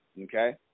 Okay